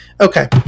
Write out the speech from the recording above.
Okay